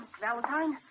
Valentine